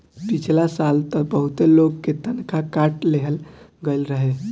पिछला साल तअ बहुते लोग के तनखा काट लेहल गईल रहे